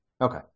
Okay